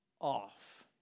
off